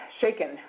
shaken